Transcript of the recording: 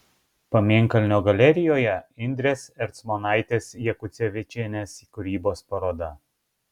pamėnkalnio galerijoje indrės ercmonaitės jakucevičienės kūrybos paroda